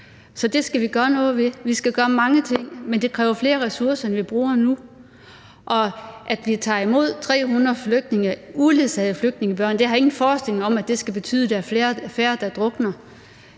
Så det skal vi gøre noget ved. Vi skal gøre mange ting, men det kræver flere ressourcer, end vi bruger nu, og at vi tager imod 300 flygtninge, uledsagede flygtningebørn, har jeg ingen forestilling om skal betyde, at der er flere der drukner.